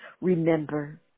Remember